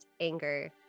anger